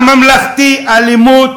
הממלכתי, אלימות